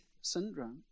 syndrome